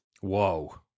Whoa